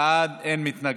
בעד, אין מתנגדים.